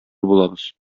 булабыз